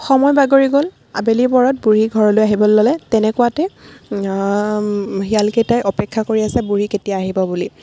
সময় বাগৰি গ'ল আবেলি পৰত বুঢ়ী ঘৰলৈ আহিবলৈ ল'লে তেনেকুৱাতে শিয়ালকেইটাই অপেক্ষা কৰি আছে বুঢ়ী কেতিয়া আহিব বুলি